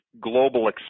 global